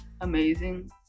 amazing